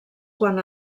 quan